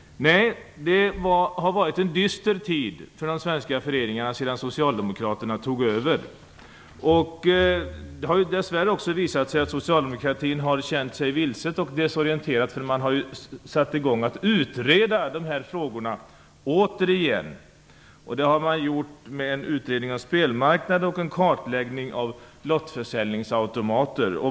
Nej, det har varit en dyster tid för de svenska föreningarna sedan Socialdemokraterna tog över regeringsmakten. Det har dess värre också visat sig att Socialdemokraterna har känt sig vilsna och desorienterade - man har nämligen återigen satt i gång att utreda de här frågorna. Man har satt i gång en utredning av spelmarknaden och en kartläggning av lottförsäljningsautomater.